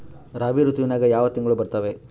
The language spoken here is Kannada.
ರಾಬಿ ಋತುವಿನ್ಯಾಗ ಯಾವ ತಿಂಗಳು ಬರ್ತಾವೆ?